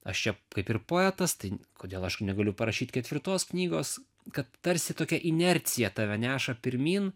aš čia kaip ir poetas tai kodėl aš negaliu parašyt ketvirtos knygos kad tarsi tokia inercija tave neša pirmyn